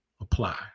apply